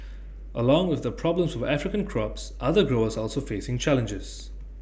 along with the problems for African crops other growers are also facing challenges